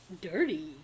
dirty